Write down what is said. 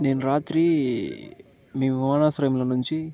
నేను రాత్రి మీ విమానాశ్రయంలో నుంచి